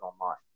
online